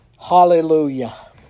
Hallelujah